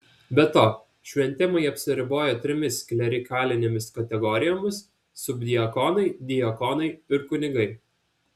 be to šventimai apsiribojo trimis klerikalinėmis kategorijomis subdiakonai diakonai ir kunigai